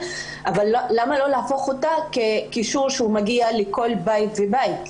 למה לא להפוך את האפליקציה לקישור שמגיע לכל בית ובית,